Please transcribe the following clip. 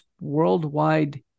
worldwide